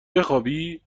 بخوابی